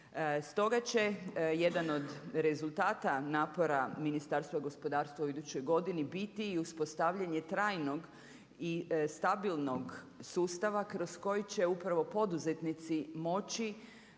Stoga će jedan od rezultata napora Ministarstva gospodarstva u idućoj godini biti i uspostavljanje trajnog i stabilnog sustava kroz koji će upravo poduzetnici moći